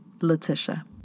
Letitia